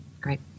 Great